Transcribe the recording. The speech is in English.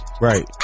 right